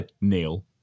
Neil